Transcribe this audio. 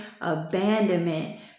abandonment